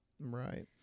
right